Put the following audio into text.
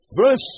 verse